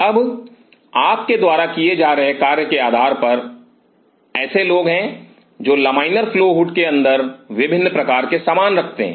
अब आपके द्वारा किए जा रहे कार्य के आधार पर ऐसे लोग हैं जो लमाइनर फ्लो हुड के अंदर विभिन्न प्रकार के सामान रखते हैं